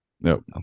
No